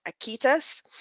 Akitas